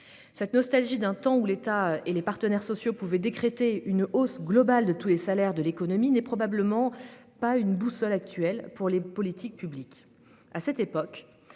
Cette nostalgie d'un temps où l'État et les partenaires sociaux pouvaient décréter une hausse globale de tous les salaires n'est probablement pas une boussole actuelle pour les politiques publiques. À cette époque,